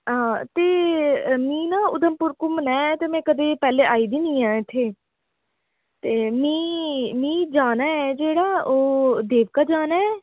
हां ते मी ना उधमपुर घुम्मना ऐं ते में कदें पैह्लें आई दी निं ऐ इत्थै ते मी मी जाना ऐ जेह्ड़ा ओह् देवका जाना ऐ